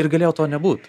ir galėjo to nebūt